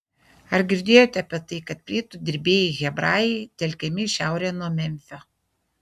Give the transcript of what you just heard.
ar girdėjote apie tai kad plytų dirbėjai hebrajai telkiami į šiaurę nuo memfio